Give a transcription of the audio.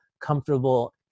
comfortable